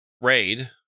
raid